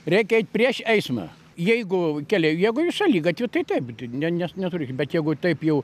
reikia prieš eismą jeigu keliai jeigu jūs šaligatviu tai taip ne nes neturite bet jeigu taip jau